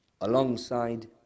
alongside